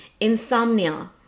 insomnia